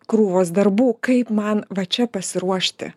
krūvos darbų kaip man va čia pasiruošti